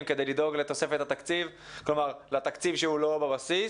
כדי לדאוג לתוספת התקציב כלומר לתקציב שהוא לא בבסיס.